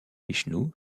vishnou